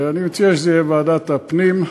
אני מציע שזה יהיה בוועדת הפנים,